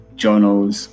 journals